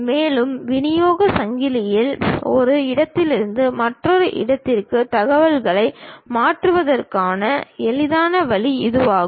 மேலும் விநியோகச் சங்கிலியில் ஒரு இடத்திலிருந்து மற்றொரு இடத்திற்கு தகவல்களை மாற்றுவதற்கான எளிதான வழி இதுவாகும்